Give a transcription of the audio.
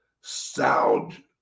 sound